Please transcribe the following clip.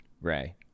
Ray